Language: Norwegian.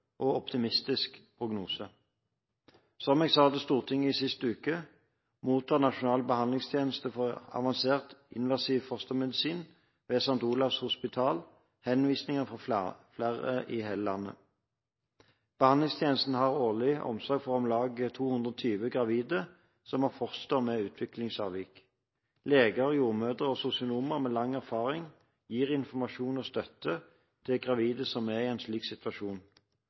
og optimistisk prognose. Som jeg sa til Stortinget sist uke, mottar Nasjonal behandlingstjeneste for avansert invasiv fostermedisin ved St. Olavs hospital henvisninger fra hele landet. Behandlingstjenesten har årlig omsorg for om lag 220 gravide som har foster med utviklingsavvik. Leger, jordmødre og sosionomer med lang erfaring gir informasjon og støtte til gravide som er i en slik situasjon.